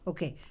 Okay